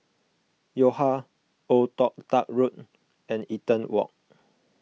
Yo Ha Old Toh Tuck Road and Eaton Walk